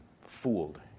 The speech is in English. fooled